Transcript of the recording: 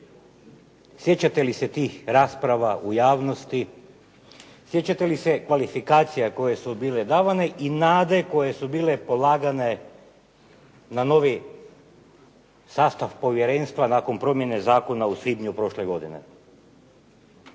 Sjećate li se tih rasprava u javnosti, sjećate li se kvalifikacija koje su bile davane i nade koje su bile polagane na novi sastav povjerenstva nakon promjene zakona u svibnju prošle godine.